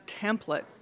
template